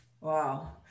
Wow